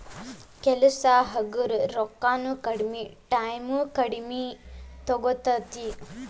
ಕೆಲಸಾ ಹಗರ ರೊಕ್ಕಾನು ಕಡಮಿ ಟಾಯಮು ಕಡಮಿ ತುಗೊತತಿ